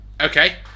Okay